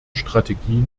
strategie